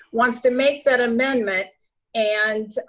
wants to make that amendment and